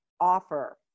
offer